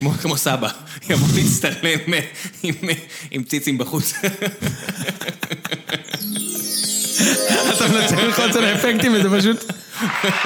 כמו סבא, אמור להצטלם עם ציצים בחוץ. אתה מנסה ללחו על האפקטים וזה פשוט...